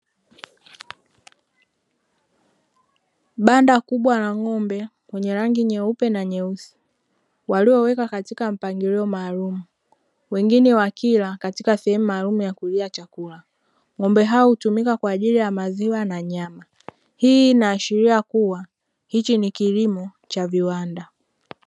Banda kubwa la ng'ombe wenye rangi nyeupe na nyeusi, waliowekwa katika mpangilio maalumu, wengine wakila katika sehemu maalumu ya kulia chakula. Ng'ombe hao hutumika kwa ajili ya maziwa na nyama. Hii inaashiria kuwa hiki ni kilimo cha viwanda.